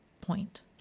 point